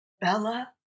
Bella